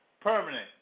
permanent